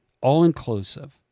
all-inclusive